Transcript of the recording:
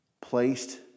placed